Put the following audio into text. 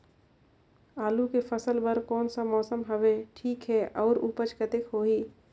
आलू के फसल बर कोन सा मौसम हवे ठीक हे अउर ऊपज कतेक होही?